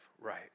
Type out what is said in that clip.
right